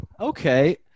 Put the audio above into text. okay